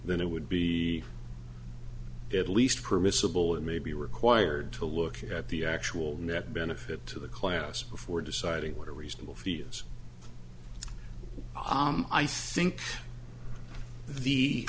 then it would be at least permissible it may be required to look at the actual net benefit to the class before deciding what are reasonable fields i think